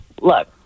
Look